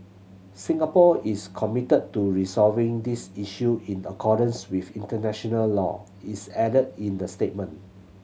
Singapore is committed to resolving these issue in the accordance with international law is added in the statement